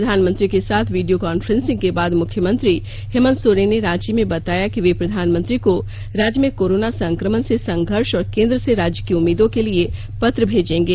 प्रधानमंत्री के साथ वीडियो कॉन्फ्रेंसिंग के बाद मुख्यमंत्री हेमंत सोरेन ने रांची में बताया कि वे प्रधानमंत्री को राज्य में कोरोना संक्रमण से संघर्ष और केंद्र से राज्य की उम्मीदों के लिए पत्र भेजंगे